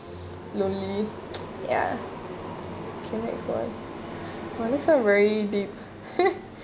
lonely ya okay next one oh that's one very deep